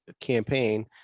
campaign